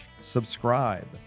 subscribe